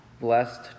blessed